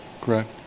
correct